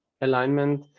alignment